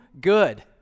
good